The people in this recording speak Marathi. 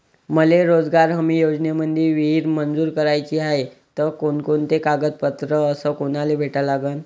मले रोजगार हमी योजनेमंदी विहीर मंजूर कराची हाये त कोनकोनते कागदपत्र अस कोनाले भेटा लागन?